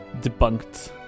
debunked